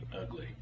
ugly